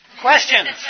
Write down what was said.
questions